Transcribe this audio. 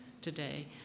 today